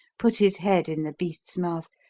put his head in the beast's mouth,